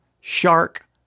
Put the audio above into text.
shark